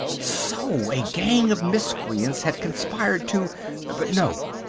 so! a gang of miscreants had conspired to but no!